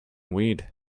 weed